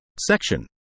section